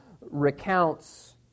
recounts